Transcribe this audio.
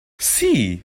see